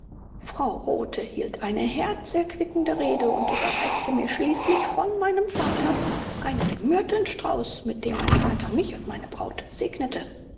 frau rothe hielt eine herzerquickende rede und überreichte mir schließlich von meinem vater einen myrtenstrauß mit dem mein vater mich und meine braut segnete